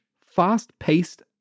fast-paced